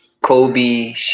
Kobe